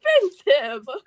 expensive